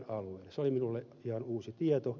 se oli minulle ihan uusi tieto